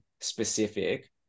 specific